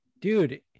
dude